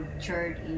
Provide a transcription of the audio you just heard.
church